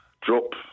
drop